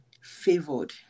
favored